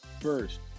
first